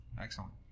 Excellent